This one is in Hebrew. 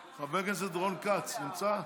חבר הכנסת רון כץ נמצא?